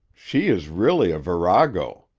she is really a virago.